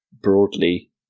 broadly